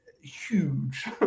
huge